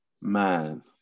man